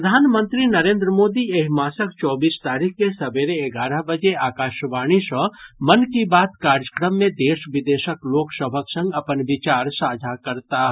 प्रधानमंत्री नरेन्द्र मोदी एहि मासक चौबीस तारीख के सबेरे एगारह बजे आकाशवाणी सॅ मन की बात कार्यक्रम मे देश विदेशक लोक सभक संग अपन विचार साझा करताह